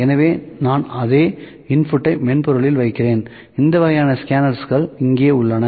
எனவே நான் அதே இன்புட்ட்டை மென்பொருளில் வைக்கிறேன் இந்த வகையான ஸ்கேனர்ஸ் இங்கே உள்ளன